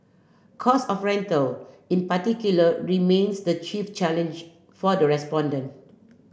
cost of rental in particular remains the chief challenge for the respondent